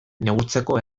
neurtzeko